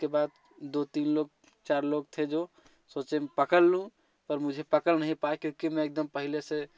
उसके बाद दो तीन लोग चार लोग थे जो सोचे पकड़ लें पर मुझे पकड़ नहीं पाए क्योंकि मैं एकदम पहले से